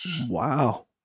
Wow